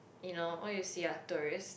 you know all you see are tourists